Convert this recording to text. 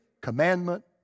commandment